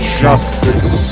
justice